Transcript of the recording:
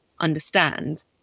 understand